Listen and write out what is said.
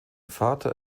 vater